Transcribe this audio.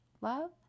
Love